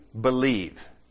believe